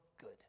good